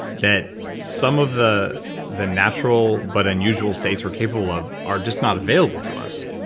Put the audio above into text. that some of the the natural but unusual states we're capable of are just not available to us.